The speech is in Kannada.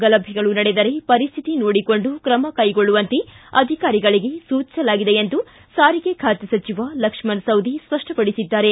ಗಲಭೆಗಳು ನಡೆದರೆ ಪರಿಸ್ಟಿತಿ ನೋಡಿಕೊಂಡು ಕ್ರಮ ಕೈಗೊಳ್ಳುವಂತೆ ಅಧಿಕಾರಿಗಳಿಗೆ ಸೂಚಿಸಲಾಗಿದೆ ಎಂದು ಸಾರಿಗೆ ಖಾತೆ ಸಚಿವ ಲಕ್ಷ್ಮಣ ಸವದಿ ಸ್ವಷ್ಷಪಡಿಸಿದ್ದಾರೆ